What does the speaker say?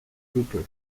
trooper